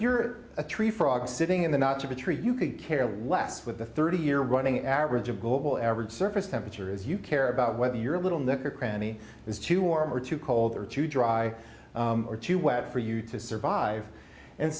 you're a tree frog sitting in the not to treat you could care less with a thirty year running average of global average surface temperature is you air about whether you're a little nook or cranny is too warm or too cold or too dry or too wet for you to survive and